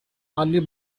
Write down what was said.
early